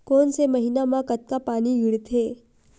कोन से महीना म कतका पानी गिरथे?